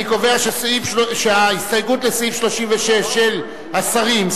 אני קובע שההסתייגות לסעיף 36 של השרים,